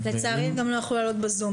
לצערי הם גם לא יכלו לעלות בזום.